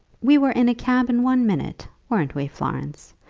we were in a cab in one minute weren't we, florence?